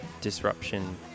disruption